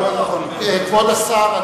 כבוד השר,